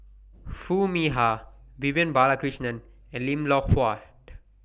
Foo Mee Har Vivian Balakrishnan and Lim Loh Huat